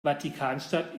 vatikanstadt